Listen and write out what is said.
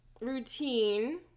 routine